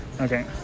Okay